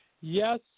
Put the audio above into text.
Yes